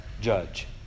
judge